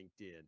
LinkedIn